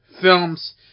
films